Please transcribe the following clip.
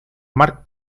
marc